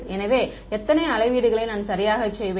எனவே எத்தனை அளவீடுகளை நான் சரியாகச் செய்வேன்